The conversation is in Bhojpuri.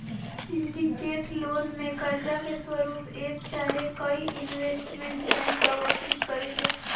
सिंडीकेटेड लोन में कर्जा के स्वरूप एक चाहे कई इन्वेस्टमेंट बैंक व्यवस्थित करेले